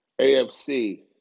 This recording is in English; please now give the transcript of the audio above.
AFC